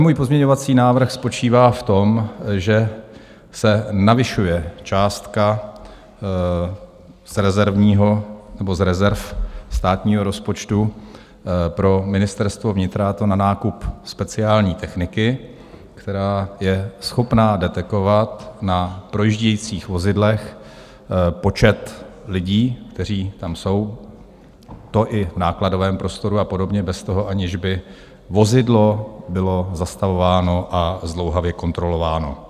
Můj pozměňovací návrh spočívá v tom, že se navyšuje částka z rezerv státního rozpočtu pro Ministerstvo vnitra, a to na nákup speciální techniky, která je schopná detekovat na projíždějících vozidlech počet lidí, kteří tam jsou, a to i v nákladovém prostoru a podobně, aniž by vozidlo bylo zastavováno a zdlouhavě kontrolováno.